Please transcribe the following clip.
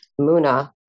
muna